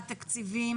התקציבים,